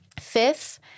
Fifth